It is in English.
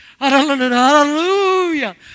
Hallelujah